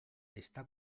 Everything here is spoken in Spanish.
está